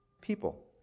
people